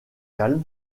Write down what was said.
calmes